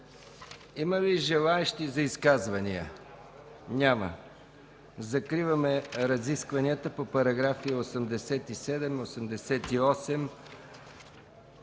Има ли желаещи за изказвания? Няма. Закриваме разискванията по §§ 87, 88,